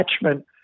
attachment